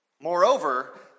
Moreover